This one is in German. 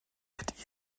mit